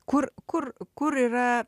kur kur kur yra